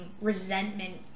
resentment